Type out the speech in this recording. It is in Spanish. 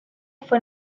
fue